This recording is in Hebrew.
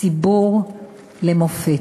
ציבור למופת.